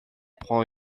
prend